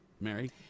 Mary